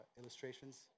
illustrations